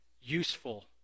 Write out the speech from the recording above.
Useful